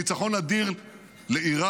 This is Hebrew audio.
ניצחון אדיר לאיראן,